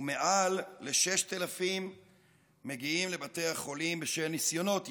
ומעל ל-6,000 מגיעים לבתי החולים בשל ניסיונות התאבדות.